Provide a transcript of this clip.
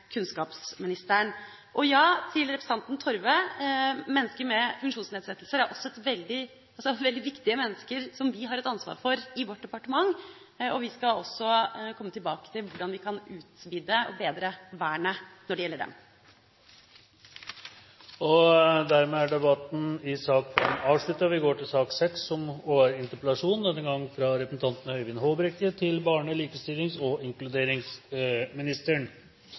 kunnskapsministeren. Til representanten Torve: Mennesker med funksjonsnedsettelser er mennesker som vi har et viktig ansvar for i departementet. Vi skal komme tilbake til hvordan vi kan utvide og bedre vernet når det gjelder dem. Dermed er debatten i sak nr. 5 avsluttet. Erkjennelsen av hvert menneske som et unikt individ med et uendelig menneskeverd er grunnleggende for vårt samfunn – og dermed også prinsippet om at hvert menneske er et mål i seg selv og ikke skal reduseres til